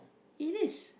it is